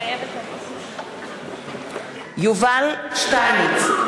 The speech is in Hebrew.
מתחייבת אני יובל שטייניץ,